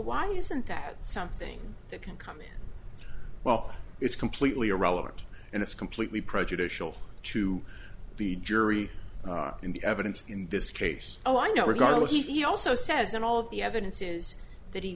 why isn't that something that can come in well it's completely irrelevant and it's completely prejudicial to the jury in the evidence in this case oh i know regardless he also says and all of the evidence is that he